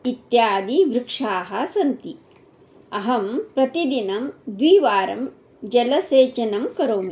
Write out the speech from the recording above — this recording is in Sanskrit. इत्यादि वृक्षाः सन्ति अहं प्रतिदिनं द्विवारं जलसेचनं करोमि